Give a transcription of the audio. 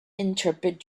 interpret